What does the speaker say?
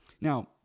Now